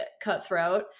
cutthroat